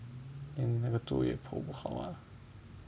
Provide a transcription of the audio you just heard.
我们的那个坐月婆不好吗